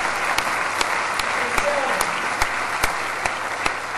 (מחיאות כפיים)